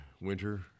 winter